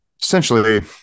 essentially